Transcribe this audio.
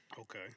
Okay